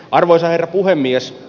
arvoisa herra puhemies